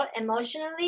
emotionally